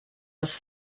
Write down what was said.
was